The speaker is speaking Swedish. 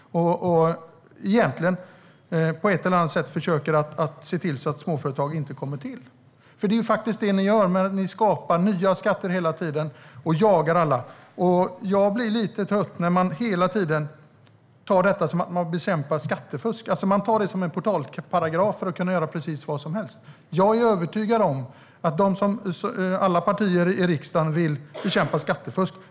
Egentligen innebär det att ni på ett eller annat sätt försöker se till att småföretag inte kommer till. Det är det ni gör när ni hela tiden skapar nya skatter och jagar alla. Jag blir lite trött när man hela tiden tar detta som en bekämpning av skattefusk. Man gör det till en portalparagraf för att kunna göra precis vad som helst. Jag är övertygad om att alla partier i riksdagen vill bekämpa skattefusk.